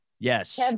Yes